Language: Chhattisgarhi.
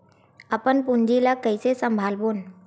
अपन पूंजी ला कइसे संभालबोन?